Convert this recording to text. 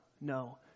no